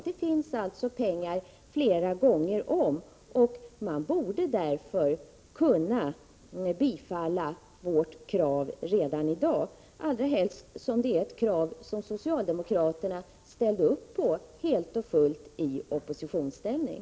Det finns alltså pengar flera gånger om, och man borde därför kunna bifalla vårt krav redan i dag — allra helst som det är ett krav som socialdemokraterna ställde upp för helt och fullt i oppositionsställning.